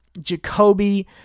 Jacoby